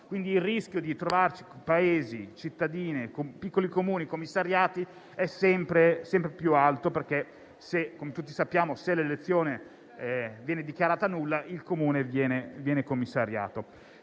Il rischio di trovarsi con paesi, cittadine o piccoli Comuni commissariati è sempre più alto, perché, come tutti sappiamo, se l'elezione viene dichiarata nulla il Comune viene commissariato.